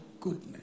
goodness